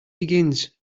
begins